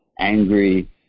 angry